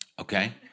Okay